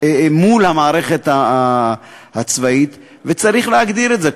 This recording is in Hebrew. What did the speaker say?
מול המערכת הצבאית, וצריך להגדיר את זה.